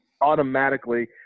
automatically